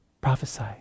Prophesy